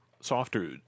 softer